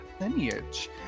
lineage